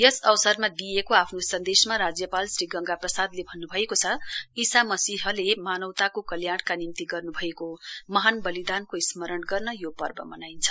यस अवसरमा दिइएको सन्देशमा राज्यपाल श्री गंगा प्रसादले भन्नुभएको छ ईसा मसिहले मानवताको कल्याणका निम्ति गर्नुभएको महान बलिदानको स्मसण गर्न यो पर्व मनाइन्छ